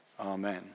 amen